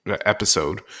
episode